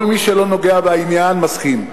כל מי שלא נוגע בעניין מסכים,